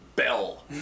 Bell